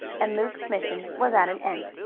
and luke's mission was at an end.